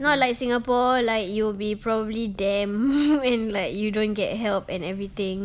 not like singapore like you'll be probably damned in like you don't get help and everything